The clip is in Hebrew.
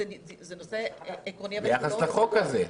ביחס לחוק הזה.